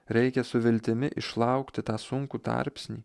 reikia su viltimi išlaukti tą sunkų tarpsnį